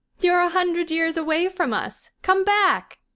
you're a hundred years away from us. come back.